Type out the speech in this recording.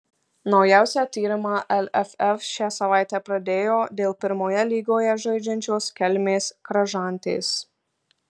naujausią tyrimą lff šią savaitę pradėjo dėl pirmoje lygoje žaidžiančios kelmės kražantės